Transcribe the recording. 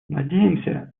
надеемся